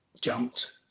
jumped